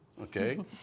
okay